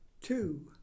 two